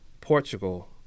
Portugal